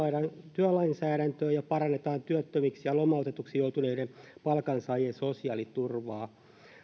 työlainsäädäntöä ja parannetaan työttömiksi ja lomautetuksi joutuneiden palkansaajien sosiaaliturvaa